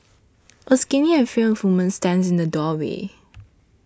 a skinny and frail woman stands in the doorway